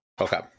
Okay